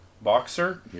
boxer